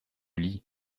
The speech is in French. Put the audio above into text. lis